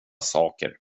saker